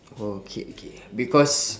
oh okay okay because